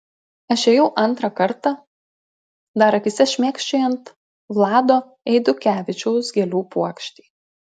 aš ėjau antrą kartą dar akyse šmėkščiojant vlado eidukevičiaus gėlių puokštei